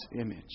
image